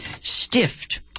stiffed